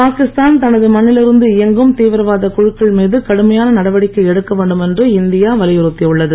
பாகிஸ்தான் தனது மண்ணில் இருந்து இயங்கும் தீவிரவாத குழுக்கள் மீது கடுமையான நடவடிக்கை எடுக்க வேண்டும் என்று இந்தியா வலியுறுத்தியுள்ளது